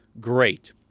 great